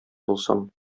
булсам